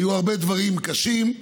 היו הרבה דברים קשים,